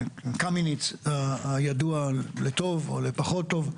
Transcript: קמיניץ הידוע לטוב, או לפחות טוב,